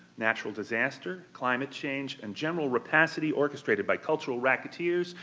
natural disaster, climate change, and general rapacity orchestrated by cultural racketeers,